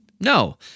No